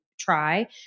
Try